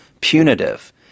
punitive